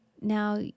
now